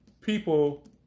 people